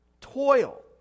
Toil